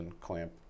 clamp